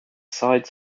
side